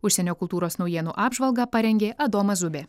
užsienio kultūros naujienų apžvalgą parengė adomas zubė